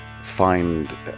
find